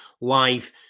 live